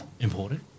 important